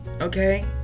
Okay